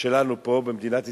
שלנו פה במדינת ישראל,